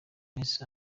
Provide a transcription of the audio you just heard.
miss